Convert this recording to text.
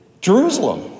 Jerusalem